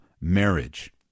marriage